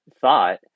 thought